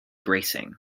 bracing